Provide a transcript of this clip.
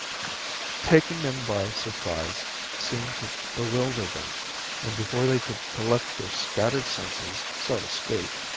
taking them by surprise seemed to bewilder them and before they could collect their scattered senses, so to speak,